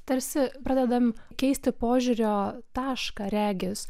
tarsi pradedam keisti požiūrio tašką regis